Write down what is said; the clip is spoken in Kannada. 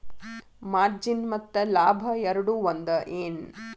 ಮಾರ್ಜಿನ್ ಮತ್ತ ಲಾಭ ಎರಡೂ ಒಂದ ಏನ್